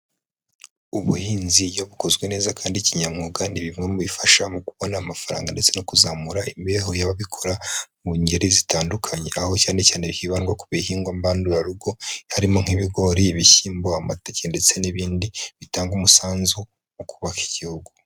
Ubuhinzi iyo bukozwe neza kandi kinyamwuga, ni bimwe mu bifasha mu kubona amafaranga ndetse no kuzamura imibereho y'ababikora mu ngeri zitandukanye, aho cyane cyane hibandwa ku bihingwa mbandurarugo harimo nk'ibigori, bishyimbo, amateke, ndetse n'ibindi bitanga umusanzu mu kubaka igihugu.